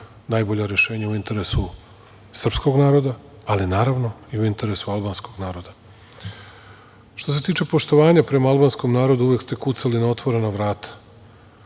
najbolja rešenja u interesu srpskog naroda, ali naravno i u interesu albanskog naroda. Što se tiče poštovanja prema albanskom narodu, uvek ste kucali na otvorena vrata. Evo,